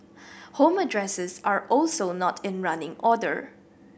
home addresses are also not in running order